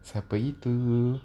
siapa itu